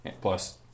plus